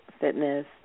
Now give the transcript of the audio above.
fitness